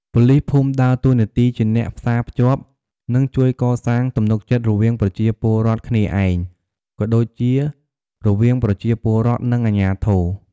ប៉ូលីសភូមិដើរតួនាទីជាអ្នកផ្សារភ្ជាប់ និងជួយកសាងទំនុកចិត្តរវាងប្រជាពលរដ្ឋគ្នាឯង ក៏ដូចជារវាងប្រជាពលរដ្ឋ និងអាជ្ញាធរ។